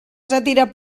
sàtira